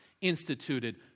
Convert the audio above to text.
instituted